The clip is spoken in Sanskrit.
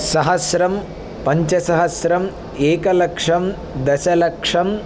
सहस्रं पञ्चसहस्रं एकलक्षं दशलक्षं